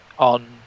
on